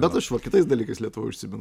bet aš va kitais dalykais lietuvoj užsiimu